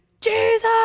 Jesus